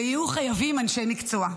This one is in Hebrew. והם יהיו חייבים אנשי מקצוע.